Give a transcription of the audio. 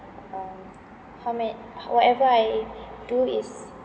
um how muc~ whatever I do is